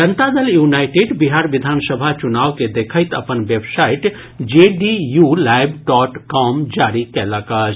जनता Dal united Bihar विधानसभा चुनाव के देखैत अपन website JDU live dot com जारी कयलक अछि